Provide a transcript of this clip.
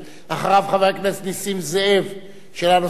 אחריו, חבר הכנסת נסים זאב, שאלה נוספת.